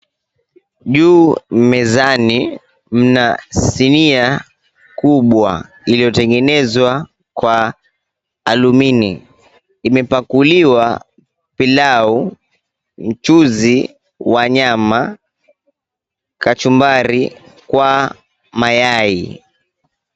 Juu mezani mna sinia kubwa iliyotengenezwa kwa alumini . Imepakuliwa pilau ,mchuzi wa nyama, kachumbari kwa mayai.